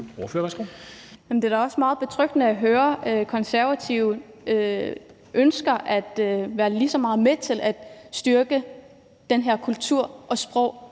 Det er da meget betryggende at høre, at Konservative ønsker at være lige så meget med til at styrke den her kultur og det